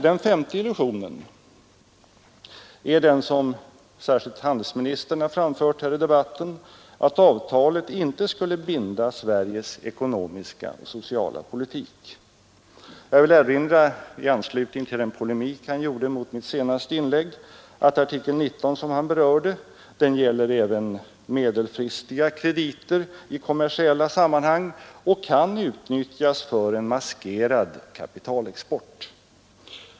Den femte illusionen är den som särskilt handelsministern har framfört här i debatten, nämligen att avtalet inte skulle binda Sveriges ekonomiska och sociala politik. Jag vill i anslutning till hans polemik mot mitt senaste inlägg erinra om att artikel 19, som han berörde, gäller även medelfristiga krediter i kommersiella sammanhang och kan utnyttjas för en maskerad kapitalexport.